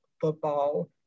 football